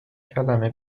کلمه